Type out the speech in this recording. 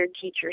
teachers